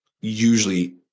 usually